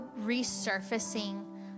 resurfacing